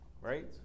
Right